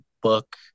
book